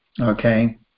Okay